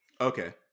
Okay